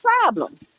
problems